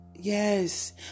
Yes